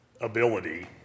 ability